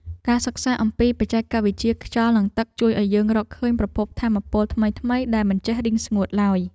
ការសិក្សាអំពីបច្ចេកវិទ្យាខ្យល់និងទឹក ជួយឱ្យយើងរកឃើញប្រភពថាមពលថ្មីៗដែលមិនចេះរីងស្ងួតឡើយ។